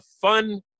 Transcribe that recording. fun